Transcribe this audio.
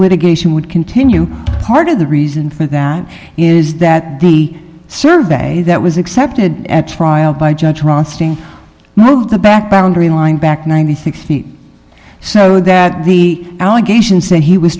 litigation would continue part of the reason for that is that the survey that was accepted at trial by judge rothstein most of the back boundary line back in ninety six feet so that the allegations that he was